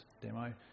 demo